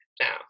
Now